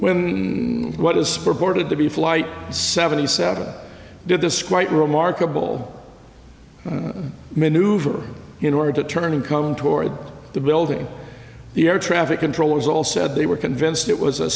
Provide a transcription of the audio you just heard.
when what was spur boarded to be flight seventy seven did this quite remarkable maneuver in order to turn and come toward the building the air traffic controllers all said they were convinced it was a